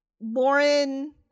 Lauren